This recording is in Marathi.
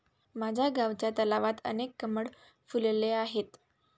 माझ्या गावच्या तलावात अनेक कमळ फुलले आहेत